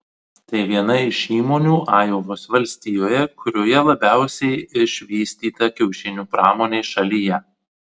tai viena iš įmonių ajovos valstijoje kurioje labiausiai išvystyta kiaušinių pramonė šalyje